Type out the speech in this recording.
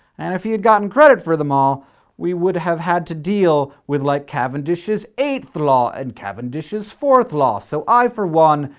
and if he had gotten credit for them all we would have had to deal with, like, cavendish's eighth law and cavendish's fourth law. so i, for one,